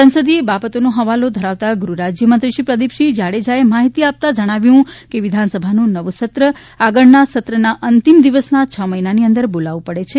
સંસદીય બાબતોનો હવાલો ધરાવતા ગૃહ રાજ્ય મંત્રી શ્રી પ્રદીપ સિંહ જાડેજા માહિતી આપતા તેમણે જણાવ્યું હતું કે વિધાન સભાનું નવું સત્ર આગળના સત્રના અંતિમ દિવસના છ મહિનાની અંદર બોલાવવું પડે છે